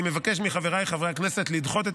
אני מבקש מחבריי חברי הכנסת לדחות את